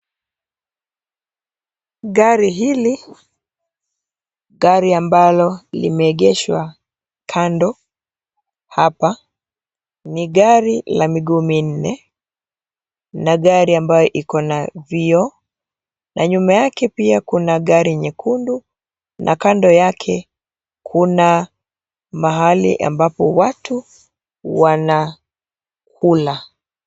Gari hili, gari ambalo limeegeshwa kando hapa ni gari la miguu minne. Na gari ambayo iko na vioo na nyuma yake pia kuna gari nyekundu. Na kando yake kuna mahali ambapo watu wanakula.